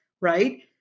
right